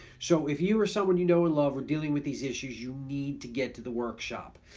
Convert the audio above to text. so if you or someone you know in love are dealing with these issues, you need to get to the workshop.